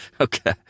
Okay